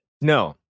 No